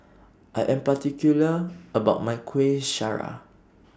I Am particular about My Kueh Syara